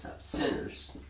sinners